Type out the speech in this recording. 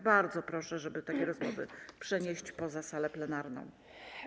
Bardzo proszę, żeby takie rozmowy przenieść poza salę plenarną.